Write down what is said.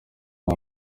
nta